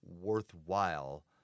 worthwhile